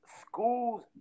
schools